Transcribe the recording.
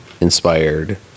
inspired